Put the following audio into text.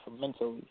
mentally